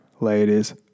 ladies